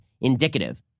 indicative